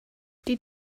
die